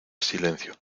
silencio